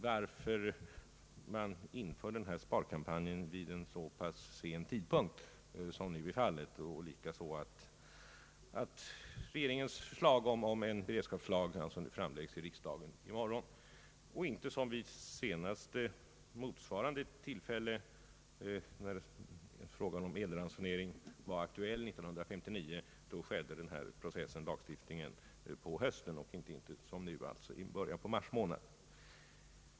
Han frågade varför sparkampanjen satts in vid en så pass sen tidpunkt som nu varit fallet och varför regeringens förslag till en beredskapslag framläggs i riksdagen först i morgon. Vid motsvarande tillfälle 1959, när frågan om elransonering också var aktuell, skedde lagstiftningen på hösten och inte som nu i början på mars månad.